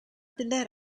delle